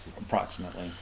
approximately